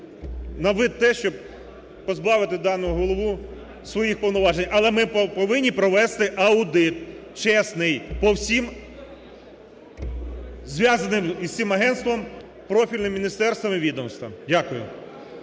на вид те, щоб позбавити дану голову своїх повноважень. Але ми повинні провести аудит чесний по всім, зв'язаним із цим агентством, профільним міністерствам і відомствам. Дякую.